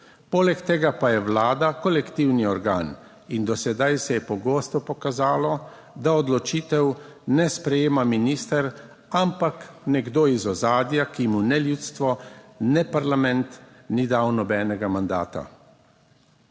Poleg tega pa je vlada kolektivni organ in do sedaj se je pogosto pokazalo, da odločitev ne sprejema minister, ampak nekdo iz ozadja, ki mu ne ljudstvo ne parlament ni dal nobenega mandata.